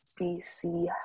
BC